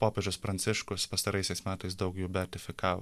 popiežius pranciškus pastaraisiais metais daug jų beatifikavo